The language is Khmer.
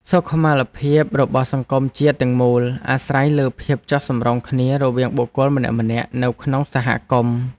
សុខុមាលភាពរបស់សង្គមជាតិទាំងមូលអាស្រ័យលើភាពចុះសម្រុងគ្នារវាងបុគ្គលម្នាក់ៗនៅក្នុងសហគមន៍។